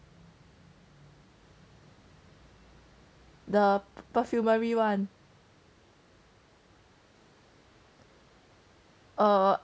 the perfumery one err